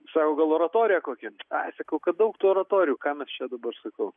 sako gal oratoriją kokią ai sakau kad daug tų oratorijų ką mes čia dabar sakau